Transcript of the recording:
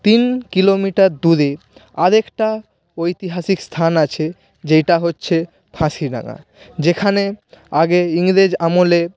তিন কিলোমিটার দূরে আরেকটা ঐতিহাসিক স্থান আছে যেইটা হচ্ছে ফাঁসিডাঙ্গা যেখানে আগে ইংরেজ আমলে